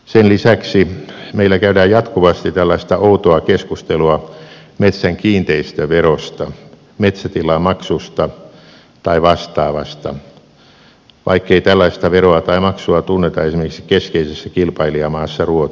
sen lisäksi meillä käydään jatkuvasti tällaista outoa keskustelua metsän kiinteistöverosta metsätilamaksusta tai vastaavasta vaikkei tällaista veroa tai maksua tunneta esimerkiksi keskeisessä kilpailijamaassa ruotsissa